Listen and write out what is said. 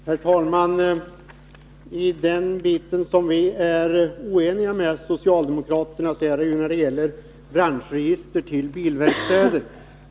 Herr talman! Den bit som vi är oeniga med socialdemokraterna om gäller branschregister till bilverkstäder.